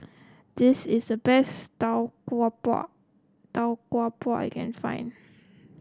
this is the best Tau Kwa Pau Tau Kwa Pau I can find